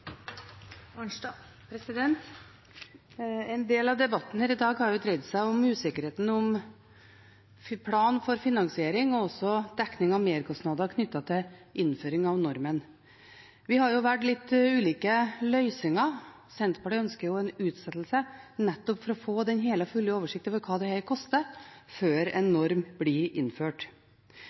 En del av debatten her i dag har dreid seg om usikkerheten når det gjelder plan for finansiering og dekning av merkostnader knyttet til innføring av normen. Vi har valgt litt ulike løsninger. Senterpartiet ønsker en utsettelse, nettopp for å få den hele og fulle oversikt over hva dette koster, før en norm blir innført.